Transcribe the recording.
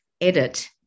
edit